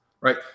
right